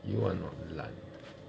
you are not 烂